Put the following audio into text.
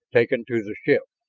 taken to the ship.